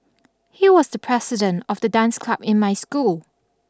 he was the president of the dance club in my school